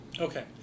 Okay